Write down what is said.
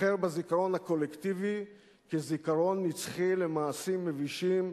תיזכר בזיכרון הקולקטיבי כזיכרון נצחי למעשים מבישים,